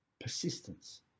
persistence